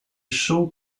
show